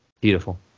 Beautiful